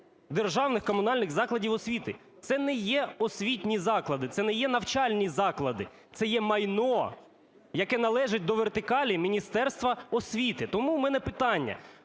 державних комунальних закладів освіти? Це не є освітні заклади, це не є навчальні заклади, це є майно, яке належить до вертикалі Міністерства освіти. Тому в мене питання.